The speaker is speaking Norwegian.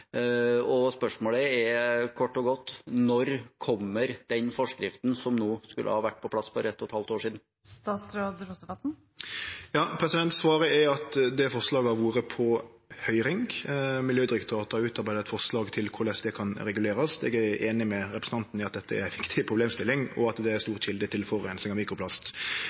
Spørsmålet er kort og godt: Når kommer den forskriften som skulle ha vært på plass for et og et halvt år siden? Svaret er at det forslaget har vore på høyring. Miljødirektoratet har utarbeidd eit forslag til korleis det kan regulerast. Eg er einig med representanten Haltbrekken i at det er ei viktig problemstilling, og at det er ei stor kjelde til forureining av mikroplast.